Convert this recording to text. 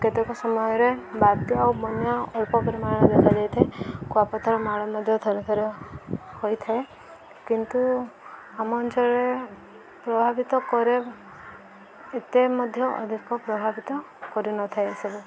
କେତେକ ସମୟରେ ବାତ୍ୟା ଆଉ ବନ୍ୟା ଅଳ୍ପ ପରିମାଣ ଦେଖାଯାଇଥାଏ କୁଆପଥର ମାଡ଼ ମଧ୍ୟ ଥରେଥରେ ହୋଇଥାଏ କିନ୍ତୁ ଆମ ଅଞ୍ଚଳରେ ପ୍ରଭାବିତ କରେ ଏତେ ମଧ୍ୟ ଅଧିକ ପ୍ରଭାବିତ କରିନଥାଏ ଏସବୁ